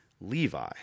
Levi